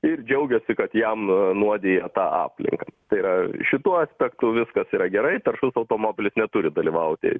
ir džiaugiasi kad jam nuodija tą aplinką tai yra šituo aspektu viskas yra gerai taršus automobilis neturi dalyvauti